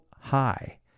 high